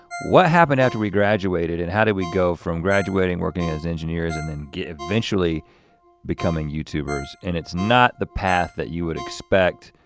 what happened after we graduated, and how did we go from graduating working as engineers and then eventually becoming youtubers, and it's not the path that you would expect,